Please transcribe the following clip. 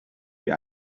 wie